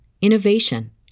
innovation